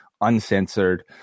uncensored